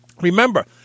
Remember